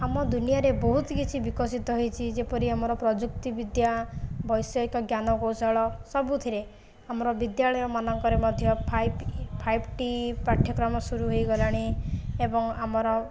ଆମ ଦୁନିଆରେ ବହୁତ କିଛି ବିକଶିତ ହୋଇଛି ଯେପରି ଆମର ପ୍ରଯୁକ୍ତି ବିଦ୍ୟା ବୈଷୟିକ ଜ୍ଞାନ କୌଶଳ ସବୁଥିରେ ଆମର ବିଦ୍ୟାଳୟ ମାନଙ୍କରେ ମଧ୍ୟ ଫାଇପ ଫାଇବ ଟି ପାଠ୍ୟକ୍ରମ ସୁରୁ ହୋଇଗଲାଣି ଏବଂ ଆମର